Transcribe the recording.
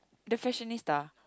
the fashionista